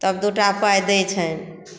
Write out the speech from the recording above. तब दुटा पाई दै छनि